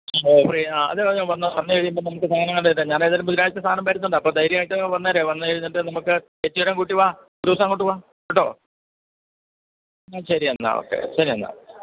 offer ചെയ്യാം അത് അത് വന്ന് വന്ന് കഴിയുമ്പം നമുക്ക് സാധനങ്ങളുടെ ഇടാം ഞാൻ ഏതായാലും ബുധാനാഴ്ച സാധനം വരുന്നുണ്ട് അപ്പം ധൈര്യമയിട്ട് വന്നേര് വന്ന് കഴിഞ്ഞിട്ട് നമുക്ക് ചേച്ചീനേയും കൂട്ടി വാ ഒരു ദിവസം അങ്ങോട്ട് വാ കേട്ടോ എന്നാൽ ശരി എന്നാൽ ഓക്കെ ശരി എന്നാൽ